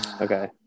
okay